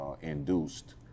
induced